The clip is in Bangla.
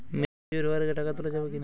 ম্যাচিওর হওয়ার আগে টাকা তোলা যাবে কিনা?